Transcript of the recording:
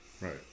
Right